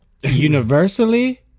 Universally